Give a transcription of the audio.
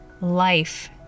life